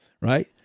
right